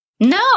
No